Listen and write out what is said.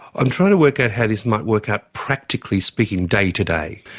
i'm trying to work out how this might work out practically speaking day to day.